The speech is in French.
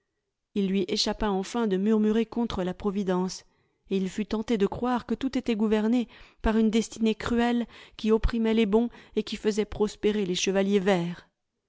il lui échappa enfin de murmurer contre la providence et il fut tenté de croire que tout était gouverné par une destinée cruelle qui opprimait les bons et qui fesait prospérer les chevaliers verts